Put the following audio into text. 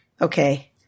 Okay